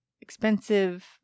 expensive